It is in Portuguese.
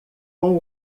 com